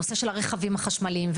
הנושא של הרכבים החשמליים,